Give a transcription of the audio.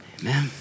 Amen